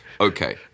okay